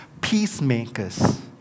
peacemakers